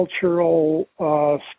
cultural